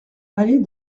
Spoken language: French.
allée